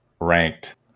ranked